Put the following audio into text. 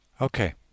Okay